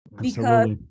because-